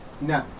No